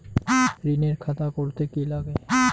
ঋণের খাতা করতে কি লাগে?